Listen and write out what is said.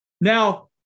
Now